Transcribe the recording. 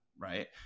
Right